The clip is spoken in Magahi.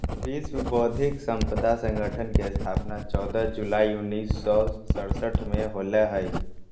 विश्व बौद्धिक संपदा संगठन के स्थापना चौदह जुलाई उननिस सो सरसठ में होलय हइ